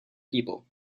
people